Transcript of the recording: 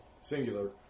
singular